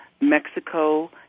Mexico